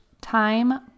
time